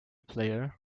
player